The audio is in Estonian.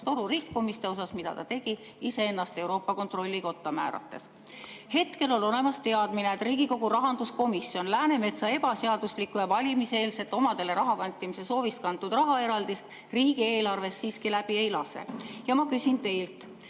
toru rikkumiste suhtes, mida ta tegi iseennast Euroopa Kontrollikotta määrates. Hetkel on olemas teadmine, et Riigikogu rahanduskomisjon Läänemetsa ebaseaduslikku ja valimiseelset omadele raha kantimise soovist kantud rahaeraldist riigieelarves siiski läbi ei lase. Ja ma küsin teilt: